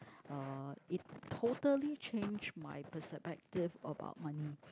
uh it totally changed my perspective about money